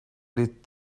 ditt